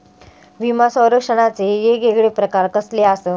विमा सौरक्षणाचे येगयेगळे प्रकार कसले आसत?